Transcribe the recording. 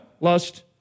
Lust